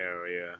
area